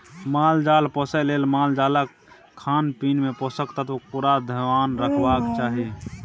माल जाल पोसय लेल मालजालक खानपीन मे पोषक तत्वक पुरा धेआन रखबाक चाही